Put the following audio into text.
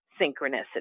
synchronicity